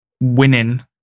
winning